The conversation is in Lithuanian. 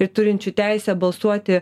ir turinčių teisę balsuoti